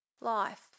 life